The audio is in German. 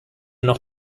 noch